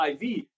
IV